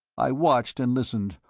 i watched and listened,